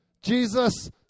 Jesus